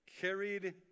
carried